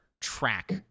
track